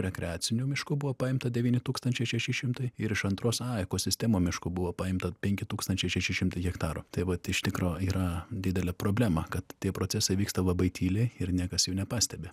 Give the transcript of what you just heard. rekreacinių miškų buvo paimta devyni tūkstančiai šeši šimtai ir iš antros a ekosistemų miško buvo paimta penki tūkstančiai šeši šimtai hektarų tai vat iš tikro yra didelė problema kad tie procesai vyksta labai tyliai ir niekas jų nepastebi